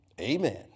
Amen